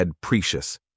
Precious